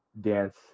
dance